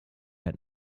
had